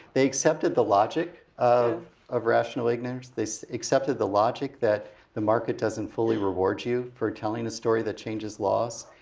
they accepted the logic of of rational ignorance. they so accepted the logic that the market doesn't fully reward you for telling a story that changes laws.